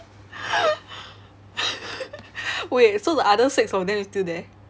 wait so the other six of them is still there